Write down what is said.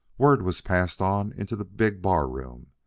word was passed on into the big bar-room,